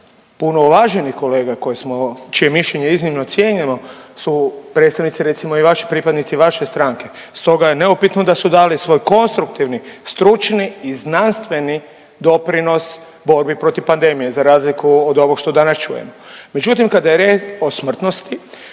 puno uvaženih kolega koje smo, čije mišljenje je iznimno cijenjeno su predstavnici recimo i vaši pripadnici i vaše stranke. Stoga je neupitno da su dali svoj konstruktivni, stručni i znanstveni doprinos borbi protiv pandemije za razliku od ovog što danas čujemo. Međutim, kada je riječ o smrtnosti,